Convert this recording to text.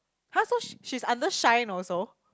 !huh! so she she's under Shine also